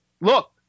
look